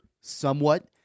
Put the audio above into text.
somewhat